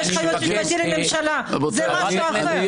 יש לך יועץ משפטי לממשלה, זה משהו אחר.